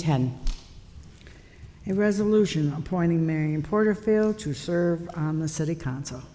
a resolution appointing marian porterfield to serve on the city council